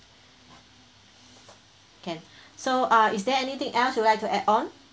can so uh is there anything else you'd like to add on